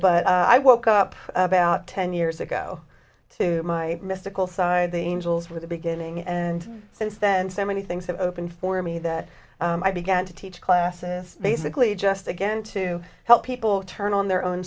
but i woke up about ten years ago to my mystical side the angels were the beginning and since then so many things have opened for me that i began to teach classes basically just again to help people turn on their own